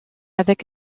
avec